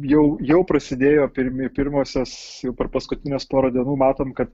jau jau prasidėjo pirmi pirmosios jau per paskutines porą dienų matom kad